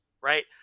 right